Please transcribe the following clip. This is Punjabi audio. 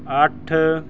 ਅੱਠ